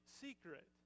secret